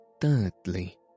Thirdly